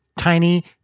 tiny